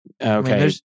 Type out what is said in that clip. Okay